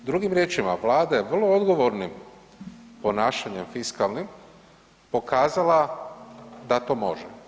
Drugim riječima, Vlada je vrlo odgovornim ponašanjem fiskalnim pokazala da to može.